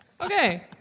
Okay